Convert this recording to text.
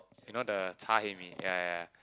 you know the char-hae-mee yea yea yea